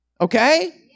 Okay